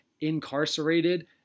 incarcerated